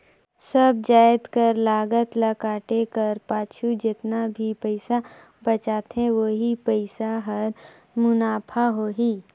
सब जाएत कर लागत ल काटे कर पाछू जेतना भी पइसा बांचथे ओही पइसा हर मुनाफा होही